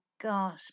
got